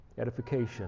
edification